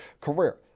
career